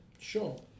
Sure